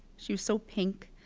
she was so pink.